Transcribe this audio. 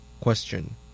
Question